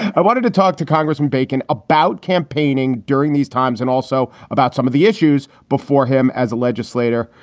i wanted to talk to congressman bacon about campaigning during these times and also about some of the issues before him as a legislator.